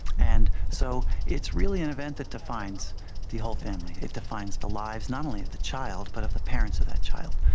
and so it's really an event that defines the whole family. it defines the lives not only of the child but of the parents of that child.